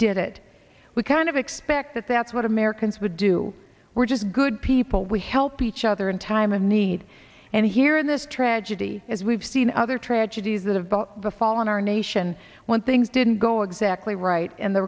did it we kind of expect that that's what americans would do we're just good people we help each other in time of need and here in this tragedy as we've seen other tragedies that have brought the fallen our nation when things didn't go exactly right and the